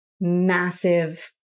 massive